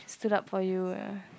stood up for you uh